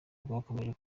rwakomeje